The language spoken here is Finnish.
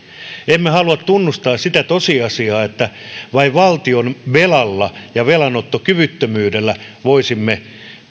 emme halua tunnustaa sitä tosiasiaa että vain valtionvelalla ja velanottokyvyttömyydellä voisimme